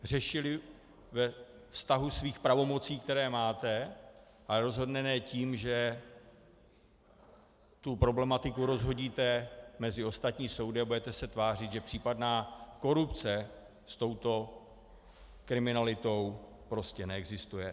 Řešili ve vztahu svých pravomocí, které máte, ale rozhodně ne tím, že tu problematiku rozhodíte mezi ostatní soudy a budete se tvářit, že případná korupce s touto kriminalitou prostě neexistuje.